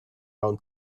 down